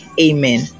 amen